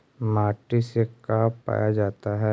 माटी से का पाया जाता है?